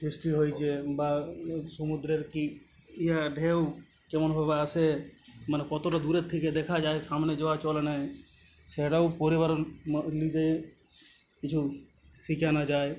সৃষ্টি হয়েছে বা সমুদ্রের কী ইয়ে ঢেউ কেমনভাবে আসে মানে কতটা দূরের থেকে দেখা যায় সামনে জোয়ার চলে না সেটাও পরিবারের নিজেই কিছু শেখানো যায়